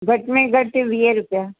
घटि में घटि वीह रुपया